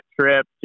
trip